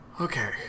okay